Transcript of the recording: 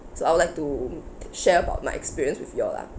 so I would like to mm share about my experience with you all lah